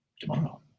Tomorrow